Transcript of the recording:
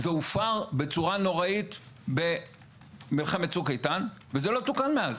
זה הופר בצורה נוראית במלחמת "צוק איתן" וזה לא תוקן מאז.